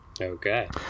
Okay